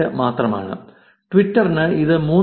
78 മാത്രമാണ് ട്വിറ്ററിന് ഇത് 3